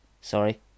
Sorry